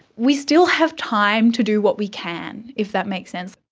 we still have time to do what we can, if that makes sense.